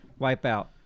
Wipeout